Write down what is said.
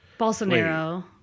Bolsonaro